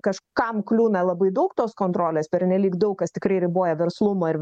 kažkam kliūna labai daug tos kontrolės pernelyg daug kas tikrai riboja verslumą ir